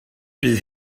bydd